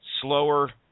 slower